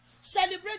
celebrate